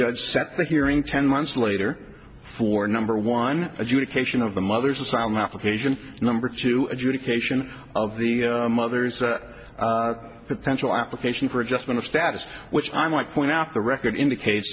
judge sets the hearing ten months later for number one adjudication of the mother's asylum application number two adjudication of the mother's a potential application for adjustment of status which i might point out the record indicates